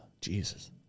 Jesus